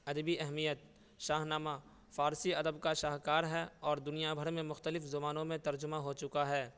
ادبی اہمیت Shahnameh فارسی ادب کا شاہکار ہے اور دنیا بھر میں مختلف زبانوں میں ترجمہ ہو چکا ہے